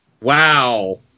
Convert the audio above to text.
Wow